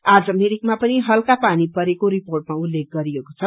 आज मिरिकमा पनि हल्का पानी परेको रिपोर्टमा उल्लेख गरिएको छ